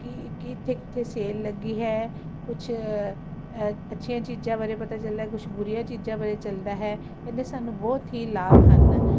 ਕੀ ਕਿੱਥੇ ਕਿੱਥੇ ਸੇਲ ਲੱਗੀ ਹੈ ਕੁਛ ਅੱਛੀਆਂ ਚੀਜ਼ਾਂ ਬਾਰੇ ਪਤਾ ਚੱਲਿਆ ਕੁਛ ਬੁਰੀਆਂ ਚੀਜ਼ਾਂ ਬਾਰੇ ਚਲਦਾ ਹੈ ਇਹਨੇ ਸਾਨੂੰ ਬਹੁਤ ਹੀ ਲਾਭ ਹਨ